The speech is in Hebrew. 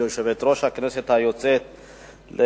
יושבת-ראש הכנסת היוצאת,